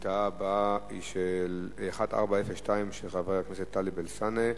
השאילתא הבאה, 1402, של חבר הכנסת טלב אלסאנע.